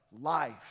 life